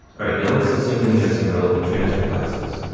alright, now let's assume we have some relevant transfer classes.